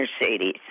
Mercedes